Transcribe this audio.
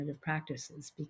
practices